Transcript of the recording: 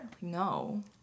No